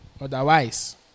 Otherwise